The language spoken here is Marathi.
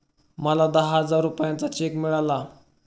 मला दहा हजार रुपयांचा चेक मिळाला